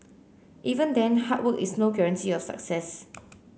even then hard work is no guarantee of success